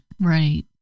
right